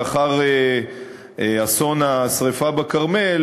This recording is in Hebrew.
לאחר אסון השרפה בכרמל,